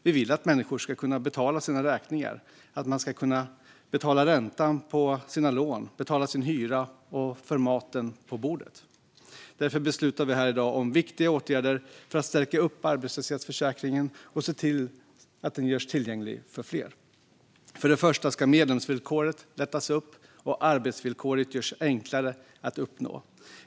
Vi vill att människor ska kunna betala sina räkningar. Man ska kunna betala räntan på sina lån, betala hyran och betala för maten på bordet. Därför beslutar vi här i dag om viktiga åtgärder för att stärka arbetslöshetsförsäkringen och se till att den görs tillgänglig för fler. För det första ska medlemsvillkoret lättas upp och arbetsvillkoret göras enklare att uppnå.